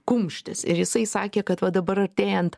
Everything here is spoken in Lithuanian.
kumštis ir jisai sakė kad va dabar artėjant